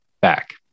back